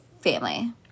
family